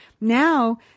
now